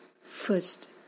First